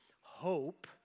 hope